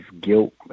guilt